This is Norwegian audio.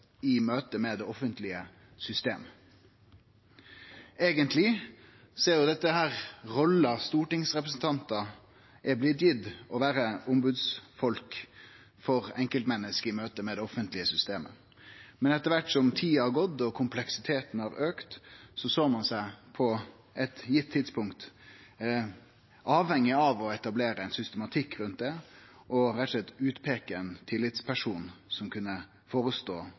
i møte med det offentlege systemet. Eigentleg er jo dette rolla som stortingsrepresentantar er blitt gitt – å vere ombodsfolk for enkeltmenneske i møte med det offentlege systemet. Men etter som tida gjekk og kompleksiteten auka, såg ein på eit tidspunkt at ein var avhengig av å etablere ein systematikk rundt det, og rett og slett peike ut ein tillitsperson som kunne